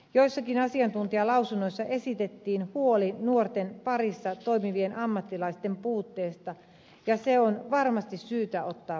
joissakin asiantuntijalausunnoissa esitettiin huoli nuorten parissa toimivien ammattilaisten puutteesta ja se on varmasti syytä ottaa vakavasti